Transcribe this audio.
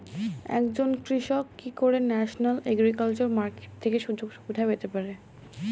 একজন কৃষক কি করে ন্যাশনাল এগ্রিকালচার মার্কেট থেকে সুযোগ সুবিধা পেতে পারে?